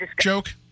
joke